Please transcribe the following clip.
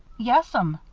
yes'm,